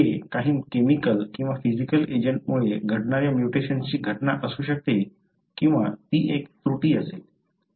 हे काही केमिकल किंवा फिज़िकल एजंटमुळे घडणाऱ्या म्युटेशनची घटना असू शकते किंवा ती एक त्रुटी असेल